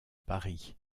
paris